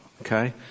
okay